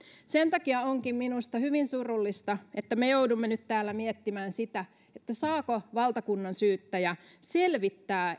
sen takia onkin minusta hyvin surullista että me joudumme nyt täällä miettimään sitä saako valtakunnansyyttäjä selvittää